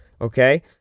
okay